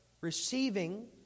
receiving